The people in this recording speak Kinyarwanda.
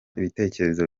ibitekerezo